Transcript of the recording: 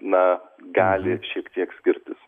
na gali šiek tiek skirtis